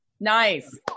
Nice